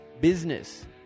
Business